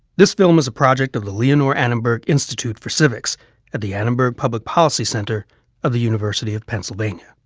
this film is a project of the leonore annenberg institute for civics and the annenberg public policy center of the university of pennsylvania.